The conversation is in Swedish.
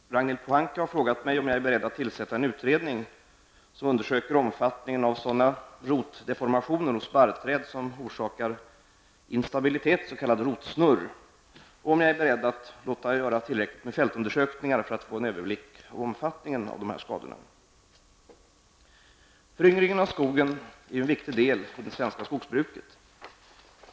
Fru talman! Ragnhild Pohanka har frågat mig om jag är beredd att tillsätta en utredning som undersöker omfattningen av sådana rotdeformationer hos barrträden som orsakar instabilitet, s.k. rotsnurr, och om jag är beredd att låta göra tillräckligt många fältundersökningar för att få en överblick av omfattningen av dessa skador. Föryngringen av skogen är en viktig del i det svenska skogsbruket.